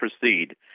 proceed